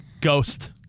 Ghost